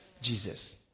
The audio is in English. Jesus